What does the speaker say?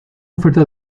oferta